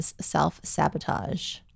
self-sabotage